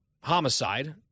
homicide